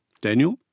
Daniel